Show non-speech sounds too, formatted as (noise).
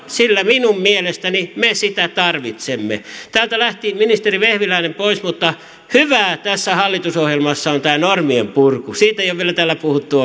sillä minun mielestäni me sitä tarvitsemme täältä lähti ministeri vehviläinen pois mutta hyvää tässä hallitusohjelmassa on tämä normien purku siitä ei ole vielä täällä puhuttu (unintelligible)